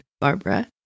Barbara